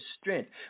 strength